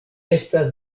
estas